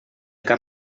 cap